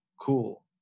Cool